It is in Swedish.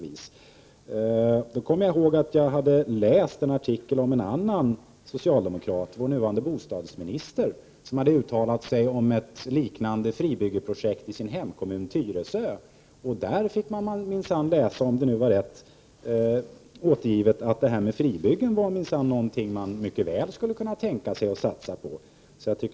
Jag kom då ihåg att jag hade läst en artikel om en annan socialdemokrat, den nuvarande bostadsministern, som hade uttalat sig om ett liknande fribyggeprojekt i sin hemkommun Tyresö. Där kunde jag läsa — om det nu var rätt återgivet — att fribyggen minsann var någonting som man mycket väl skulle kunna satsa på.